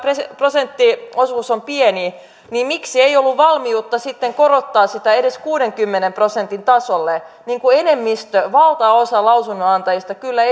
prosenttiosuus on pieni niin miksi ei ollut valmiutta sitten korottaa sitä edes kuudenkymmenen prosentin tasolle niin kuin enemmistö valtaosa lausunnonantajista kyllä